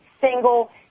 single